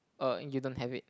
err you don't have it